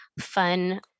fun